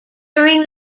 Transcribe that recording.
during